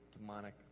demonic